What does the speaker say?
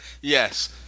Yes